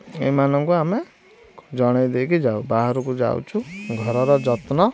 ଏମାନଙ୍କୁ ଆମେ ଜଣାଇ ଦେଇକି ଯାଉ ବାହାରକୁ ଯାଉଛୁ ଘରର ଯତ୍ନ